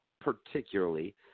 particularly